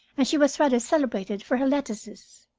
and she was rather celebrated for her lettuces.